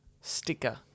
sticker